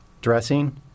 dressing